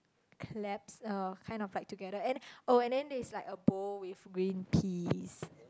claps uh kind of like together and then oh and then there's like a bowl with green peas